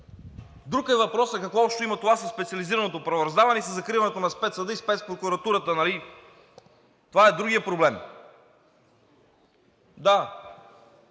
Друг е въпросът какво общо има това със специализираното правораздаване и със закриването на Спецсъда и Спецпрокуратурата. Това е другият проблем. Да,